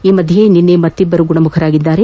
ಈ ನಡುವೆ ನಿನ್ನೆ ಮತ್ತಿಬ್ಬರು ಗುಣಮುಖರಾಗಿದ್ದು